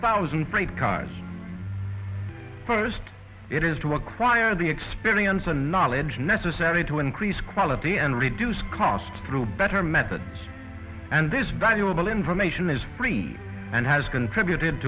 thousand freight cars first it has to acquire the experience and knowledge necessary to increase quality and reduce cost through better methods and this valuable information is free and has contributed